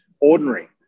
ordinary